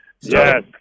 Yes